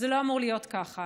זה לא אמור להיות ככה.